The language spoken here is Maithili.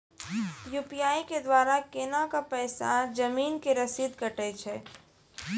यु.पी.आई के द्वारा केना कऽ पैसा जमीन के रसीद कटैय छै?